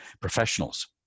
professionals